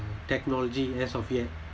technology as of yet